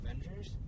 Avengers